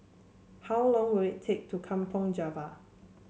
how long will it take to Kampong Java